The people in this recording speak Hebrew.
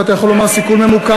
ואתה יכול לומר סיכול ממוקד,